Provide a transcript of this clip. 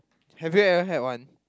have you ever had one